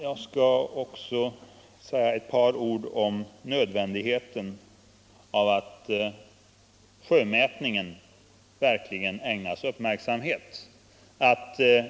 Jag skall också säga ett par ord om nödvändigheten av att sjömätningen verkligen ägnas uppmärksamhet.